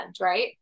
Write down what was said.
right